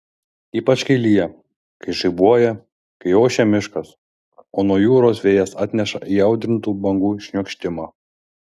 ypač kai lyja kai žaibuoja kai ošia miškas o nuo jūros vėjas atneša įaudrintų bangų šniokštimą